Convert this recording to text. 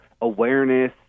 awareness